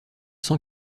sans